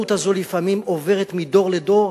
והאומללות הזאת לפעמים עוברת מדור לדור,